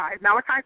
Malachi